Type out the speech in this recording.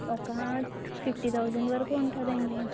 ఒకా fifty thousand వరకు ఉంటుందండి